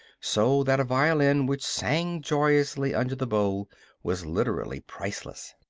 so that a violin which sang joyously under the bow was literally priceless.